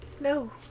No